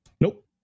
Nope